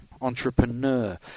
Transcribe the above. entrepreneur